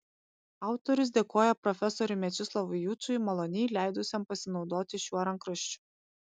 autorius dėkoja profesoriui mečislovui jučui maloniai leidusiam pasinaudoti šiuo rankraščiu